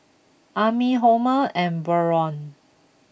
Ami Homer and Byron